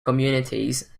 communities